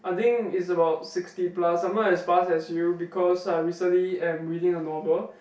I think is about sixty plus I'm not as fast as you because I recently am reading a novel